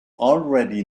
already